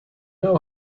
now